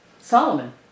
Solomon